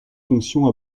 fonction